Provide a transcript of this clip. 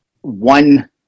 one